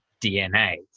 DNA